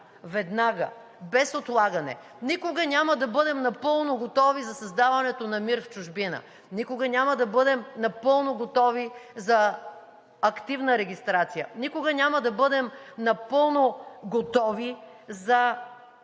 веднага, без отлагане. Никога няма да бъдем напълно готови за създаването на МИР в чужбина. Никога няма да бъдем напълно готови за активна регистрация. Никога няма да бъдем напълно готови за